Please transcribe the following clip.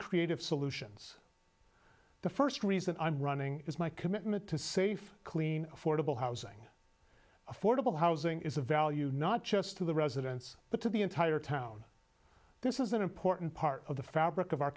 creative solutions the first reason i'm running is my commitment to safe clean affordable housing affordable housing is a value not just to the residents but to the entire town this is an important part of the fabric of our